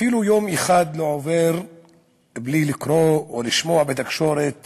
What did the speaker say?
אפילו יום אחד לא עובר בלי לקרוא או לשמוע בתקשורת